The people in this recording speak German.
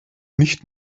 nicht